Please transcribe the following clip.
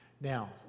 Now